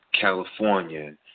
California